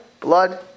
blood